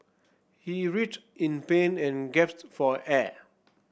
he writhed in pain and for air